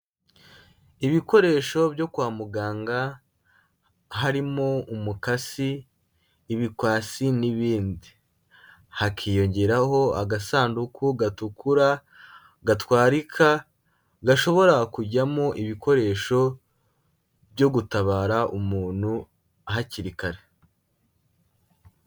Ibikoresho byo kwa muganga harimo umukasi, ibikwasi n'ibindi hakiyongeraho agasanduku gatukura gatwarika gashobora kujyamo ibikoresho byo gutabara umuntu hakiri kare.